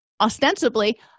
ostensibly